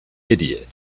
idiot